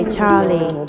Charlie